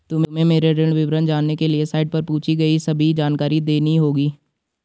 तुम्हें मेरे ऋण विवरण जानने के लिए साइट पर पूछी गई सभी जानकारी देनी होगी